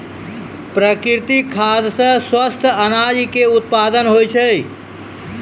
प्राकृतिक खाद सॅ स्वस्थ अनाज के उत्पादन होय छै